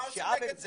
אין להם.